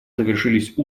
завершились